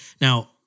Now